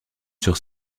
sur